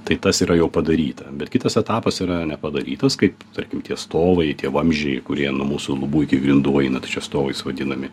tai tas yra jau padaryta bet kitas etapas yra nepadarytas kaip tarkim tie stovai tie vamzdžiai kurie nuo mūsų lubų iki grindų eina tai čia stovais vadinami